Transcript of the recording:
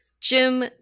Jim